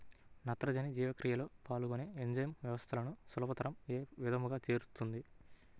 నత్రజని జీవక్రియలో పాల్గొనే ఎంజైమ్ వ్యవస్థలను సులభతరం ఏ విధముగా చేస్తుంది?